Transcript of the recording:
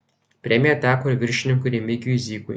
premija teko ir viršininkui remigijui zykui